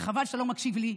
וחבל שאתה לא מקשיב לי,